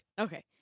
Okay